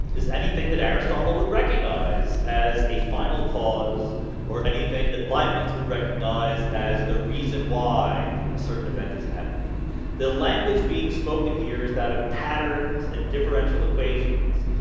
is anything that aristotle would recognize as a final cause or anything that leibniz would recognize as the? reason why a certain event is happening the language being spoken here, is that of patterns and differential equations?